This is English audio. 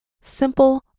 simple